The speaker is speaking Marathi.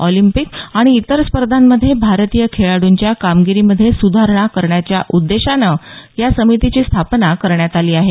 ऑलिम्पिक आणि इतर स्पर्धांमध्ये भारतीय खेळाडूंच्या कामगिरीमध्ये सुधारणा करण्याच्या उद्देशानं या समितीची स्थापना करण्यात आली आहे